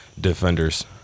Defenders